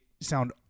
sound